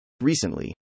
Recently